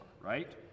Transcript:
right